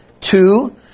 Two